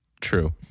True